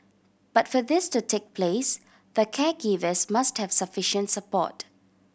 but for this to take place the caregivers must have sufficient support